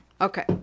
Okay